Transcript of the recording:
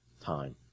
time